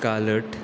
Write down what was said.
कालट